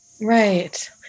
Right